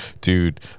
dude